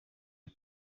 ati